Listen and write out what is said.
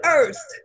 earth